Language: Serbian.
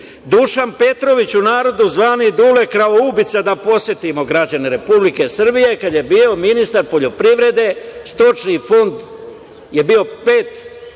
Dušan Petrović, u narodu zvani "Dule kravoubica", da podsetimo građane Republike Srbije, kad je bio ministar poljoprivrede, stočni fond je bio 500